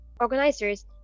organizers